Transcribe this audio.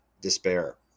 despair